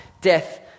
death